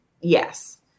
Yes